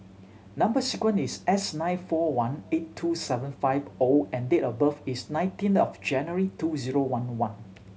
number sequence is S nine four one eight two seven five O and date of birth is nineteen of January two zero one one